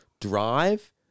drive